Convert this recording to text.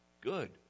good